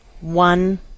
one